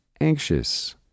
anxious